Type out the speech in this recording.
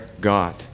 God